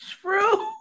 true